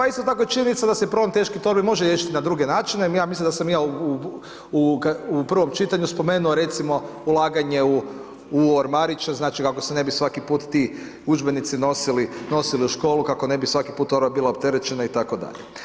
Isto tako je činjenica da se problem teške torbe može riješiti i na drugi načine, ja mislim da sam ja u prvom čitanju spomenuo, recimo ulaganje u ormariće, znači, kako se ne bi svaki put ti udžbenici nosili u školu, kako ne bi svaki put torba bila opterećena itd.